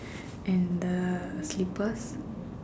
and the slippers